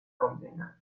condena